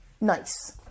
Nice